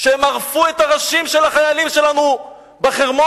שהם ערפו את הראשים של החיילים שלנו בחרמון.